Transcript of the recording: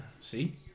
see